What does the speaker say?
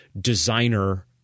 designer